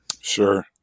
Sure